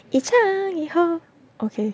一唱一和 okay